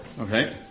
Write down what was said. Okay